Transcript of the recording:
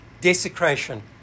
desecration